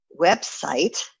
website